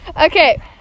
okay